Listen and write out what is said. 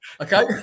Okay